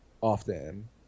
often